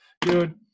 Dude